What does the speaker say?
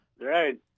right